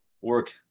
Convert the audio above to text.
work